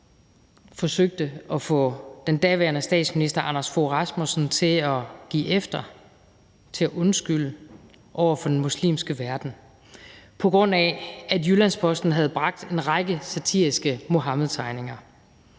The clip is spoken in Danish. forsøgte at få den daværende statsminister, Anders Fogh Rasmussen, til at give efter, til at undskylde over for den muslimske verden, på grund af at Jyllands-Posten havde bragt en række satiriske Muhammedtegninger.